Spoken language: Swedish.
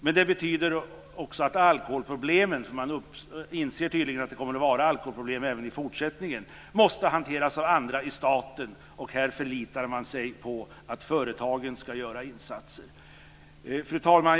Men det betyder också att alkoholproblemen - man inser tydligen att det kommer att finnas alkoholproblem även i fortsättningen - måste hanteras av andra. Och här förlitar man sig på att företagen ska göra insatser. Fru talman!